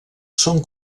són